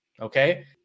Okay